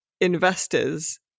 investors